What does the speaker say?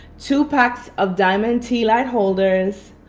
two packs of diamond tea-light holders,